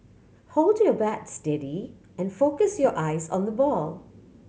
hold your bat steady and focus your eyes on the ball